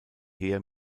heer